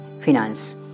finance